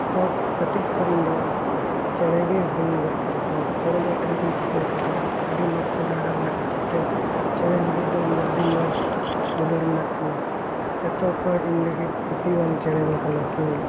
ᱥᱚᱠᱷ ᱠᱟᱹᱴᱤᱡ ᱠᱷᱚᱡ ᱤᱧᱫᱚ ᱪᱮᱬᱮᱜᱮ ᱵᱟᱹᱧ ᱜᱚᱡ ᱟᱠᱟᱫ ᱠᱚᱣᱟ ᱪᱮᱬᱮ ᱫᱚ ᱟᱹᱰᱤ ᱠᱟᱡᱟᱠ ᱤᱧ ᱠᱩᱥᱤ ᱟᱠᱚᱣᱟ ᱪᱮᱫᱟᱜ ᱥᱮ ᱟᱹᱰᱤ ᱢᱚᱡᱽ ᱠᱚ ᱨᱟᱜᱟ ᱚᱱᱟ ᱠᱷᱟᱹᱛᱤᱨᱛᱮ ᱪᱮᱬᱮ ᱞᱟᱹᱜᱤᱫ ᱫᱚ ᱤᱧᱫᱚ ᱟᱹᱰᱤ ᱢᱚᱡᱽ ᱫᱩᱞᱟᱹᱲ ᱢᱮᱱᱟᱜ ᱛᱤᱧᱟ ᱡᱚᱛᱚᱠᱷᱚᱡ ᱤᱧ ᱞᱟᱹᱜᱤᱫ ᱠᱩᱥᱤᱭᱟᱱ ᱪᱮᱬᱮ ᱫᱚ ᱠᱟᱱᱟ ᱠᱚ